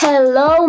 Hello